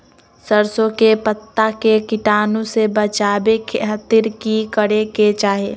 सरसों के पत्ता के कीटाणु से बचावे खातिर की करे के चाही?